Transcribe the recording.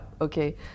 okay